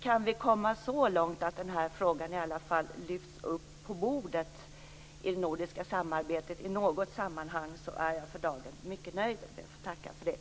Kan vi komma så långt att frågan i alla fall lyfts upp på bordet i det nordiska samarbetet i något sammanhang är jag för dagen mycket nöjd och ber att få tacka för det.